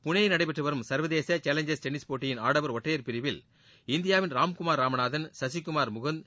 புனேயில் நடைபெற்று வரும் சர்வதேச சேலஞ்சர்ஸ் டென்னிஸ் போட்டியின் ஆடவர் ஒற்றையர் பிரிவில் இந்தியாவின் ராம்குமார் ராமநாதன் சசிகுமார் முகுந்த்